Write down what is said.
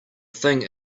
thing